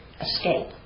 escape